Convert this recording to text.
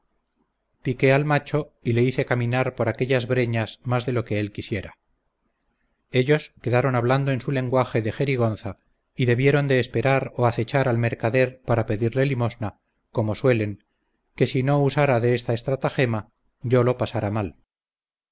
piqué al macho y le hice caminar por aquellas breñas más de lo que él quisiera ellos quedaron hablando en su lenguaje de jerigonza y debieron de esperar o acechar al mercader para pedirle limosna como suelen que si no usara de esta estratagema yo lo pasara mal